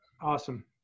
Awesome